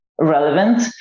relevant